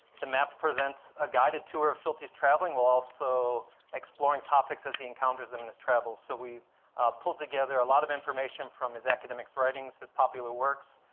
the map presents a guided tour of schultes' travels, while also exploring topics as he encounters them in his travels. so we pulled together a lot of information from his academic writings, his popular works,